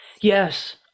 Yes